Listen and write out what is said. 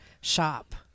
shop